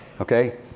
Okay